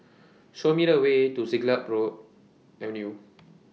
Show Me The Way to Siglap Road Avenue